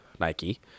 Nike